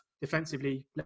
defensively